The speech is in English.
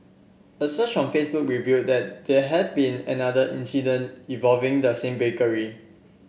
a search on Facebook revealed that there had been another incident involving the same bakery